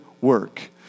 work